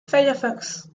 firefox